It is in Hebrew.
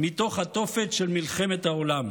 מתוך התופת של מלחמת העולם.